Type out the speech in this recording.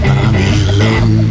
Babylon